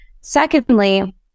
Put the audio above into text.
Secondly